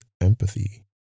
empathy